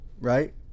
right